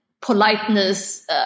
politeness